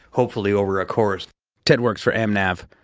hopefully, over a course ted works for amnav,